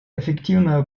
эффективного